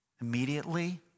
immediately